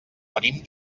venim